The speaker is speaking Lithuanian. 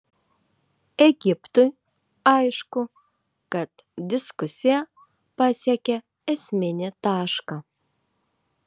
egiptui aišku kad diskusija pasiekė esminį tašką